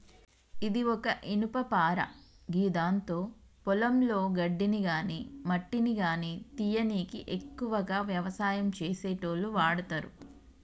ఇది ఒక ఇనుపపార గిదాంతో పొలంలో గడ్డిని గాని మట్టిని గానీ తీయనీకి ఎక్కువగా వ్యవసాయం చేసేటోళ్లు వాడతరు